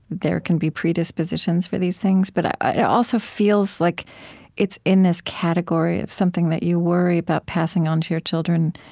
there can be predispositions for these things, but it also feels like it's in this category of something that you worry about passing onto your children,